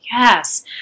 Yes